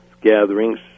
gatherings